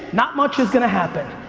not much as going to happen.